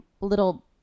little